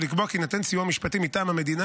ולקבוע כי יינתן סיוע משפטי מטעם המדינה